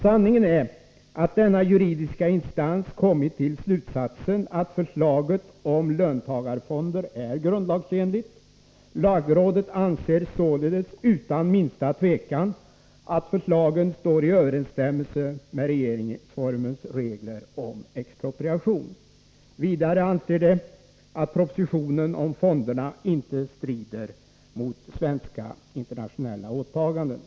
Sanningen är att denna juridiska instans kommit till slutsatsen att förslaget om löntagarfonder är grundlagsenligt. Lagrådet anser således att förslagen utan minsta tvivel står i överensstämmelse med regeringsformens regler om expropriation. Vidare anser det att propositionen om fonderna inte strider mot svenska internationella åtaganden.